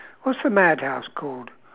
what's the madhouse called